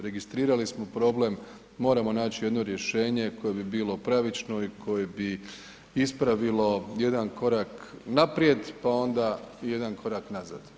Registrirali smo problem, moramo naći jedno rješenje koje bi bilo pravično i koje bi ispravilo jedan korak naprijed, pa onda jedan korak nazad.